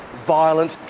violent,